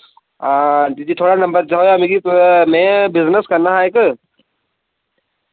हां दीदी थुआढ़ा नम्बर थ्होआ मिगी मैं बिजनेस करना हा इक